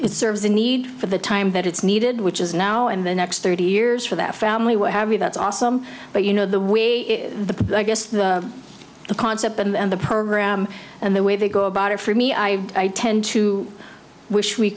it serves a need for the time that it's needed which is now in the next thirty years for that family what have you that's awesome but you know the we the i guess the concept and the program and the way they go about it for me i tend to wish we